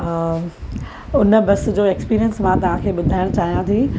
उन बस जो ऐक्सपीरियंस मां तव्हांखे ॿुधाइणु चाहियां थी